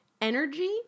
Energy